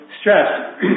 stress